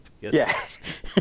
Yes